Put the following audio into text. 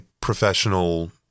professional